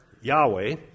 Yahweh